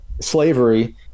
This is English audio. slavery